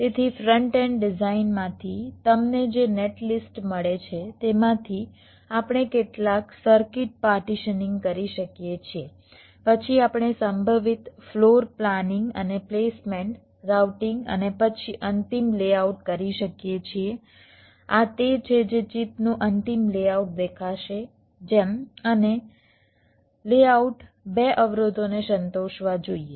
તેથી front end design માંથી તમને જે નેટલિસ્ટ મળે છે તેમાંથી આપણે કેટલાક સર્કિટ પાર્ટીશનિંગ કરી શકીએ છીએ પછી આપણે સંભવિત ફ્લોર પ્લાનિંગ અને પ્લેસમેન્ટ રાઉટિંગ અને પછી અંતિમ લેઆઉટ કરી શકીએ છીએ આ તે છે જે ચિપનું અંતિમ લેઆઉટ દેખાશે જેમ અને લેઆઉટ 2 અવરોધોને સંતોષવા જોઈએ